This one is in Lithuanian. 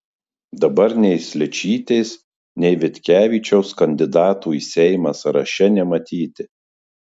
dabar nei sličytės nei vitkevičiaus kandidatų į seimą sąraše nematyti